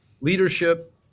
leadership